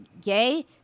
gay